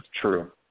True